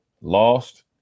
lost